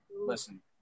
listen